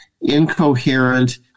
incoherent